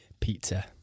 pizza